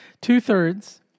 two-thirds